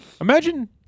Imagine